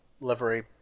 livery